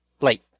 late